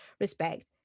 respect